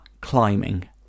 climbing